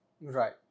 Right